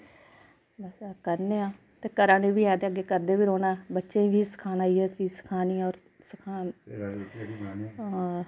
अस करने आं ते करा ने वी ऐं ते अग्गै करदे बी रौह्ना ऐ बच्चें बी सखाना इयै चीज सखानी ऐ और